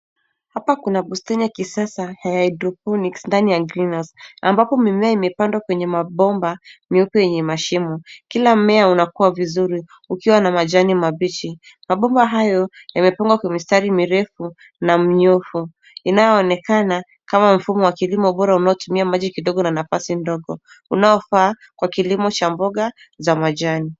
Hapa kuna bustani ya kisasa na ya hydroponics ndani ya green house ambapo mimea imepandwa kwenye mabomba meupe yenye mashimo. Kila mimea unakua vizuri ukiwa na majani mabichi. Mabomba hayo yamepangwa Kwa mistari mirefu na mnyoofu inayoonekana kama mfumo wa kilimo bora, unaotumia maji kidogo na nafasi ndogo, unaofaa kwa kilimo cha mboga cha majani.